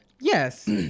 Yes